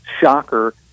shocker